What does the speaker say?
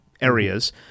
areas